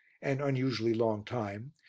an unusually long time,